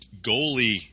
goalie